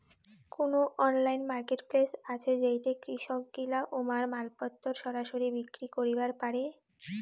কুনো online marketplace আছে যেইঠে কৃষকগিলা উমার মালপত্তর সরাসরি বিক্রি করিবার পারে?